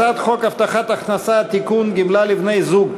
הצעת חוק הבטחת הכנסה (תיקון, גמלה לבני-זוג),